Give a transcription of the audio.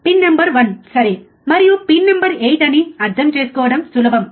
pin number one సరే మరియు pin number 8 అని అర్థం చేసుకోవడం సులభం